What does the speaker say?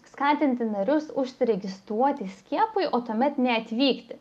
skatinti narius užsiregistruoti skiepui o tuomet neatvykti